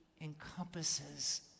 encompasses